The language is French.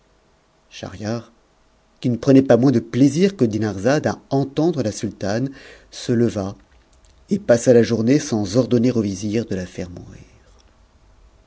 schahriar qui ne prenait pas moins de plaisir que dinarzade à entendre la sultane se leva et passa la journée sans ordonner au vizir de la faire mourir